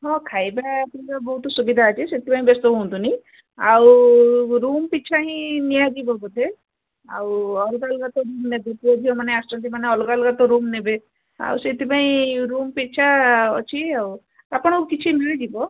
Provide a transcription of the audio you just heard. ହଁ ଖାଇବା ପିଇବା ବହୁତ ସୁବିଧା ଅଛି ସେଥିପାଇଁ ବ୍ୟସ୍ତ ହୁଅନ୍ତୁନି ଆଉ ରୁମ୍ ପିଛା ହିଁ ନିଆଯିବ ବୋଧେ ଆଉ ଅଲଗା ଅଲଗା ତ ରୁମ୍ ନେବେ ପୁଅ ଝିଅମାନେ ଆସୁଛନ୍ତି ମାନେ ଅଲଗା ଅଲଗା ତ ରୁମ୍ ନେବେ ଆଉ ସେଇଥିପାଇଁ ରୁମ୍ ପିଛା ଅଛି ଆଉ ଆପଣଙ୍କୁ କିଛି ନିଆଯିବ